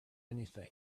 anything